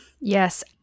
Yes